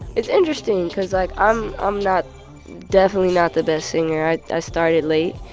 it's interesting because, like, i'm um not definitely not the best singer. i started late,